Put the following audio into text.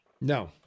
No